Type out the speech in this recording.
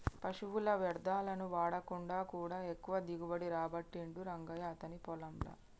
పశువుల వ్యర్ధాలను వాడకుండా కూడా ఎక్కువ దిగుబడి రాబట్టిండు రంగయ్య అతని పొలం ల